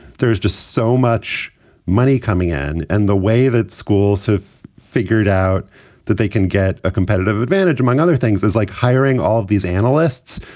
there's just so much money coming in. and the way that schools have figured out that they can get a competitive advantage, among other things, is like hiring all of these analysts.